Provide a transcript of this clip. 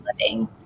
living